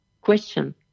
question